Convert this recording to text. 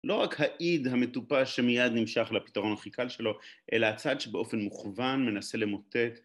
לא רק האיד המטופש שמיד נמשך לפתרון הכי קל שלו, אלא הצד שבאופן מוכוון מנסה למוטט